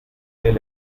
days